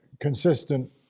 consistent